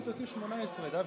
לפי דעתי 18, דוד.